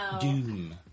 Doom